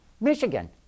Michigan